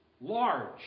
Large